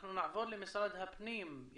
אנחנו נעבור למשרד הפנים?